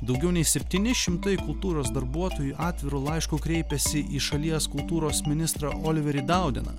daugiau nei septyni šimtai kultūros darbuotojų atviru laišku kreipėsi į šalies kultūros ministrą oliverį daudeną